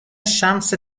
شمس